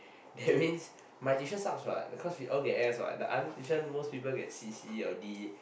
that means my tuition sucks what because we all get S what the other tuition most people get C C or D